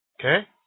Okay